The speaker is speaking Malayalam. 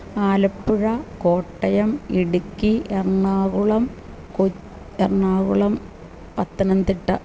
ആലപ്പുഴ കോട്ടയം ഇടുക്കി എറണാകുളം കൊ എറണാകുളം പത്തനംതിട്ട